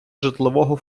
житлового